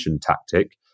tactic